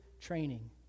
training